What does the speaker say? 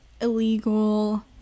illegal